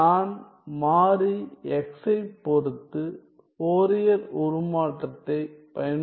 நான் மாறி xஐப் பொறுத்து ஃபோரியர் உருமாற்றத்தைப் பயன்படுத்தப் போகிறேன்